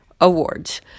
awards